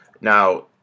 Now